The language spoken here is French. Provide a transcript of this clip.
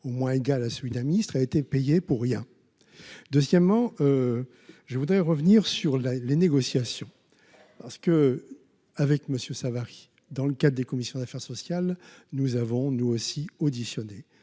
au moins égal à celui d'un ministre a été payé pour rien, deuxièmement, je voudrais revenir sur les les négociations à ce que avec Monsieur Savary dans le cas des commissions d'affaires sociales nous avons nous aussi auditionné